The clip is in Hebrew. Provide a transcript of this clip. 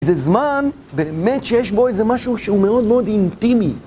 זה זמן, באמת שיש בו איזה משהו שהוא מאוד מאוד אינטימי.